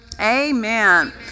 Amen